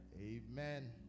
Amen